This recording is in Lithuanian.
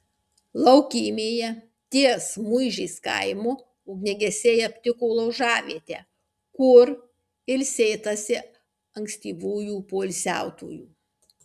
laukymėje ties muižės kaimu ugniagesiai aptiko laužavietę kur ilsėtasi ankstyvųjų poilsiautojų